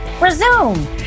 resume